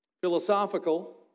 philosophical